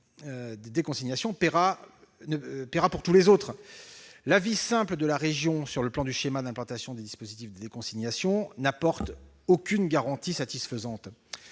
de déconsignation paiera pour tous les autres. L'avis simple de la région sur le schéma d'implantation des dispositifs de déconsignation n'apporte aucune garantie satisfaisante.